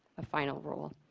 a final rule.